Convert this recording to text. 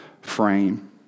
frame